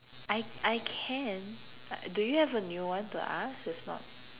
I I can like do you have a new one to ask if not